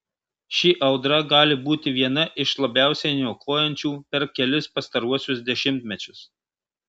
ši audra gali būti viena iš labiausiai niokojančių per kelis pastaruosius dešimtmečius